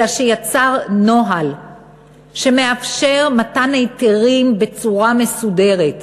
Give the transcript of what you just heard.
אלא הוא יצר נוהל שמאפשר מתן היתרים בצורה מסודרת,